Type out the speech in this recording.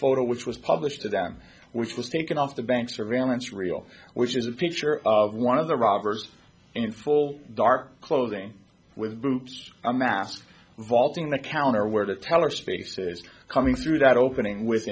photo which was published to them which was taken off the bank surveillance real which is a picture of one of the robbers in full dark clothing with groups amassed vaulting the counter where the teller spaces coming through that opening w